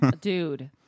Dude